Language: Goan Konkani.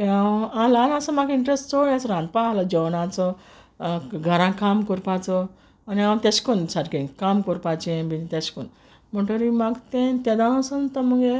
हांव ल्हान आसतोना म्हाका इंट्रस्ट चोड अेस आहलो रांदपाचो घारां काम कोरपाचो आनी हांव तेश कोन्न सारकें काम कोरपाचें बीन तेश कोन्न म्हुणटोरी म्हाक तें तेदोन सोन तो मुगे